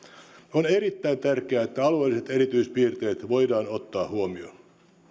on erittäin tärkeää että alueelliset erityispiirteet voidaan ottaa huomioon